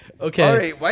Okay